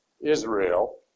Israel